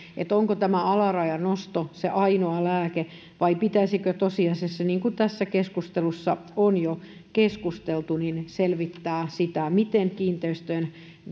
onko tämä alarajan nosto se ainoa lääke vai pitäisikö tosiasiassa niin kuin tässä keskustelussa on jo keskusteltu selvittää sitä miten kiinteistöjen